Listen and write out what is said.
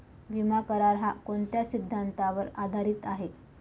विमा करार, हा कोणत्या सिद्धांतावर आधारीत आहे?